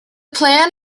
plan